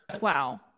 Wow